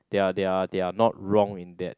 they're they're they're not wrong in that